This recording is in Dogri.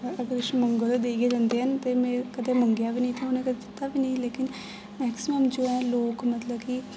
अगर किश मंग्गो ते देई गै दिंदे न ते में कदें मंग्गेआ बी नेईं ते उ'नें कदें दित्ता बी नेईं मैक्सिमम जो ऐ लोक मतलब की